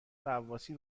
غواصی